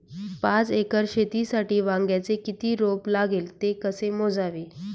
पाच एकर शेतीसाठी वांग्याचे किती रोप लागेल? ते कसे मोजावे?